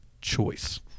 choice